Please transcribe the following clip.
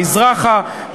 מזרחה,